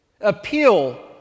appeal